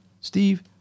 Steve